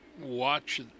watch